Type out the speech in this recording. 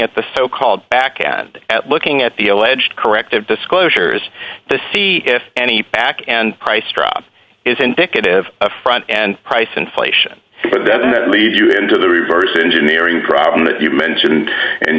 at the so called back ad at looking at the alleged corrective disclosures to see if any pack and price drop is indicative of front and price inflation that lead you into the reverse engineering problem you mentioned